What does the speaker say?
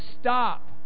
stop